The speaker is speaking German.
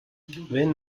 wenn